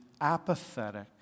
apathetic